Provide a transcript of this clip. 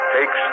Takes